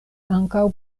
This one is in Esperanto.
ankaŭ